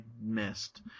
missed